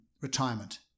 retirement